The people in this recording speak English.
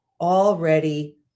already